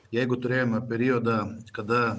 jeigu turėjome periodą kada